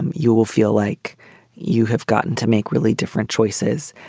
you will feel like you have gotten to make really different choices,